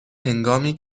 هنگامی